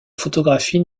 photographie